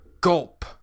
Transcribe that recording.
gulp